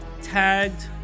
tagged